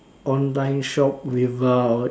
online shop without